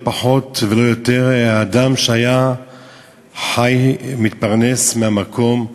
לא פחות ולא יותר, אדם שחי, התפרנס מהמקום,